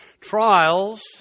trials